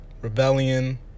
Rebellion